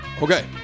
Okay